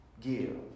give